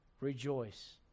rejoice